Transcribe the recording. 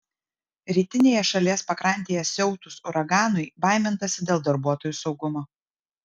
rytinėje šalies pakrantėje siautus uraganui baimintasi dėl darbuotojų saugumo